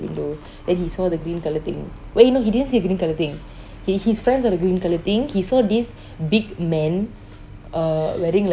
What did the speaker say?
window then he saw the green colour thing wait no he didn't see the green colour thing his friend saw the green colour thing he saw this big man uh wearing like